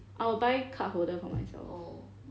I'll buy cardholder for myself